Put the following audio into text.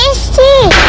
and stay